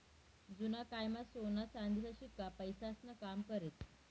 जुना कायमा सोना चांदीचा शिक्का पैसास्नं काम करेत